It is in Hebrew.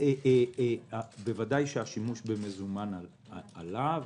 -- אבל בוודאי השימוש במזומן עלה,